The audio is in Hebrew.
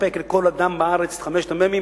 לספק לכל אדם בארץ את חמשת המ"מים,